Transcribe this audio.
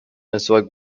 مسواک